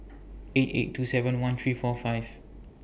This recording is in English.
eight eight two seven one three four five